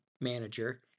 manager